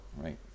right